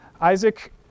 Isaac